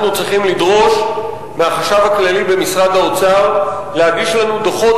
אנחנו צריכים לדרוש מהחשב הכללי במשרד האוצר להגיש לנו דוחות